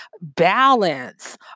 balance